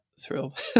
thrilled